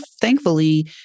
thankfully